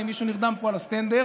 אם מישהו נרדם פה על הסטנדר,